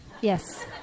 Yes